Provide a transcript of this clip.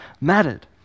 mattered